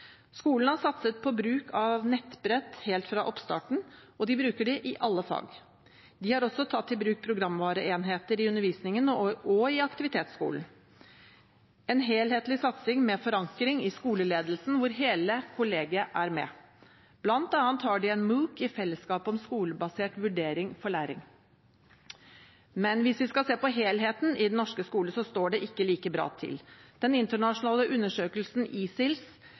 Skolen har satset på bruk av nettbrett helt fra oppstarten, og de bruker det i alle fag. De har også tatt i bruk programvareenheter i undervisningen og i aktivitetsskolen. Det er en helhetlig satsing med forankring i skoleledelsen, hvor hele kollegiet er med. Blant annet har de en MOOC i fellesskapet om skolebasert vurdering for læring. Men hvis vi skal se på helheten i den norske skolen, står det ikke like bra til. Den internasjonale undersøkelsen